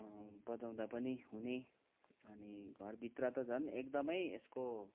बजाउँदा पनि हुने अनि घरभित्र त झन् एकदमै यसको